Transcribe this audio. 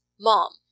mom